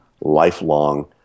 lifelong